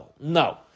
No